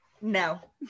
No